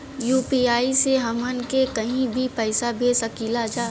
UPI से हमहन के कहीं भी पैसा भेज सकीला जा?